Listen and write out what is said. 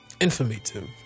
informative